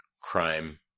crime